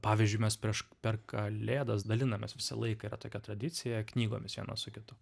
pavyzdžiui mes prieš per kalėdas dalinamės visą laiką yra tokia tradicija knygomis vienas su kitu